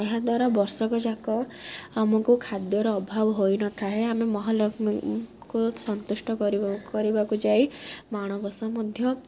ଏହାଦ୍ୱାରା ବର୍ଷକ ଯାକ ଆମକୁ ଖାଦ୍ୟର ଅଭାବ ହୋଇନଥାଏ ଆମେ ମହାଲକ୍ଷ୍ମୀଙ୍କୁ ସନ୍ତୁଷ୍ଟ କରିବାକୁ ଯାଇ ମାଣବସା ମଧ୍ୟ